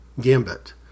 Gambit